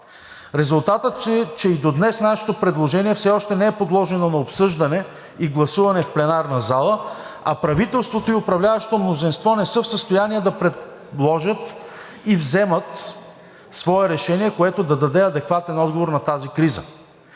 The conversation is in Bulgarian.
Резултатът е, че и до днес нашето предложение все още не е подложено на обсъждане и гласуване в пленарната зала, а правителството и управляващото мнозинство не са в състояние да предложат и вземат свое решение, което да даде адекватен отговор на тази криза.